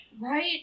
Right